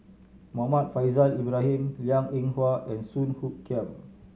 Muhammad Faishal Ibrahim Liang Eng Hwa and Song Hoot Kiam